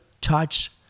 touch